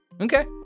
Okay